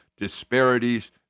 disparities